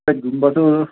ꯑꯔꯤꯒꯨꯝꯕꯗꯨ